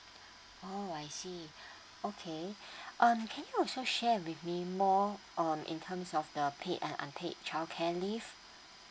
oh I see okay um can you also share with me more on in terms of the paid and unpaid childcare leave